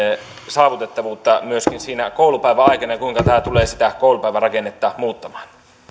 saavutettavuutta myöskin siinä koulupäivän aikana ja kuinka tämä tulee sitä koulupäivän rakennetta muuttamaan